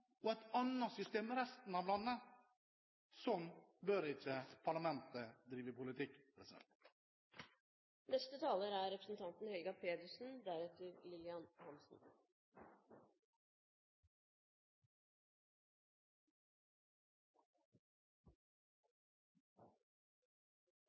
og et annet system i resten av landet. Slik bør ikke parlamentet drive politikk. Fremskrittspartiets synspunkter i disse spørsmålene er